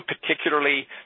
particularly